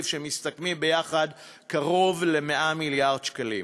שמסתכמים ביחד בקרוב ל-100 מיליארד שקלים.